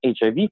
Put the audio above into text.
HIV